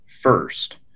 first